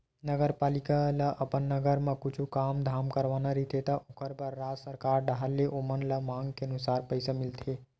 नगरपालिका ल अपन नगर म कुछु काम धाम करवाना रहिथे त ओखर बर राज सरकार डाहर ले ओमन ल मांग के अनुसार पइसा मिलथे